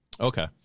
Okay